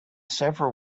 several